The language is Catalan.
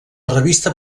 revista